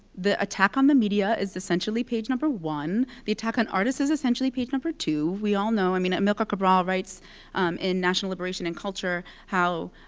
the attack on the media is essentially page number one, the attack on artists is essentially page number two. we all know i mean amilcar cabral writes in national liberation and culture how